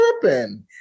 tripping